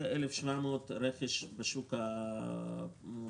ו-1,700 דירות ברכש בשוק הפרטי.